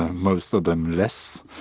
most of them less,